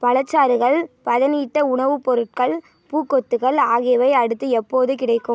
பழச்சாறுகள் பதனிட்ட உணவுப் பொருட்கள் பூக்கொத்துகள் ஆகியவை அடுத்து எப்போது கிடைக்கும்